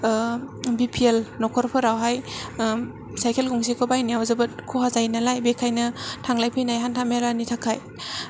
बि P L न'खर फोराहाय cycle गंसेखौ बायनायाव जोबोर खहा जायो नालाय बेखायनो थांलाय फैनाय हान्था मेलानि थाखाय